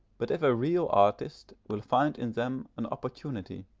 but if a real artist will find in them an opportunity.